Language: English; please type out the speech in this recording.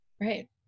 Right